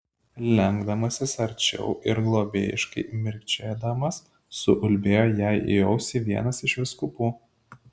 lenkdamasis arčiau ir globėjiškai mirkčiodamas suulbėjo jai į ausį vienas iš vyskupų